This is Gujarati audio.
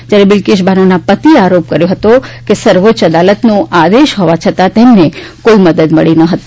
જ્યારે બિલ્કિસ બાનુના પતિએ આરોપ કર્યો હતો કે સર્વોચ્ય અદાલતનો આદેશ હોવા છતાં તેમને કોઈ મદદ મળી ન હતી